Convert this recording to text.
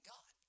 God